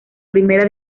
primera